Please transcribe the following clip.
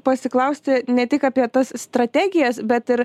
pasiklausti ne tik apie tas strategijas bet ir